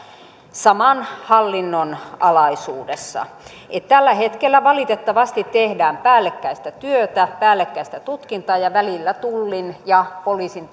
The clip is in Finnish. saman hallinnon alaisuudessa tällä hetkellä valitettavasti tehdään päällekkäistä työtä päällekkäistä tutkintaa ja välillä tullin ja poliisin